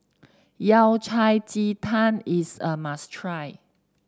Yao Cai Ji Tang is a must try